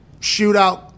shootout